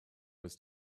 was